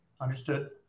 understood